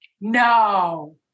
No